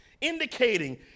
Indicating